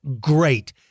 great